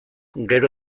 gero